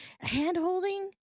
hand-holding